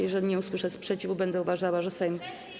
Jeżeli nie usłyszę sprzeciwu, będę uważała, że Sejm.